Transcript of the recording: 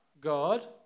god